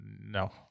No